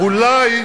אולי,